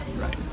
right